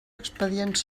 expedients